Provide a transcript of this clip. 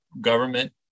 government